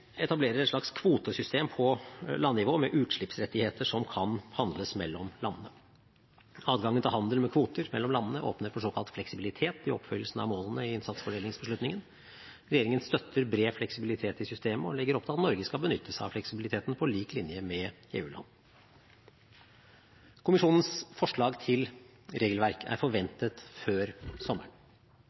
etablerer et slags kvotesystem på landnivå med utslippsrettigheter som kan handles mellom landene. Adgangen til handel med kvoter mellom landene åpner for såkalt fleksibilitet i oppfyllelsen av målene i innsatsfordelingsbeslutningen. Regjeringen støtter bred fleksibilitet i systemet og legger opp til at Norge skal benytte seg av fleksibiliteten på lik linje med EU-land. Kommisjonens forslag til regelverk er forventet før sommeren.